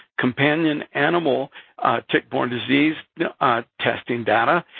companion animal tick-borne disease testing data,